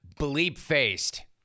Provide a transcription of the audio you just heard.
bleep-faced